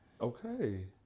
okay